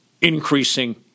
increasing